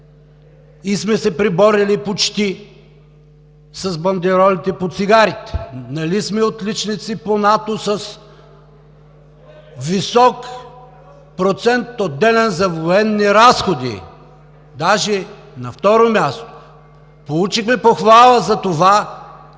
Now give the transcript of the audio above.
и сме се преборили почти с бандеролите по цигарите? Нали сме отличници по НАТО с висок процент, отделян за военни разходи? Даже сме на второ място. Получихме похвала за това